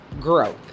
growth